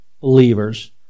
believers